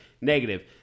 negative